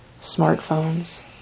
smartphones